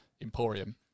emporium